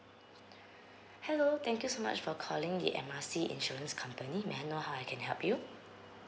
hello thank you so much for calling the M R C insurance company may I know how I can help you